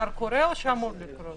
זה כבר קורה, או שאמור לקרות?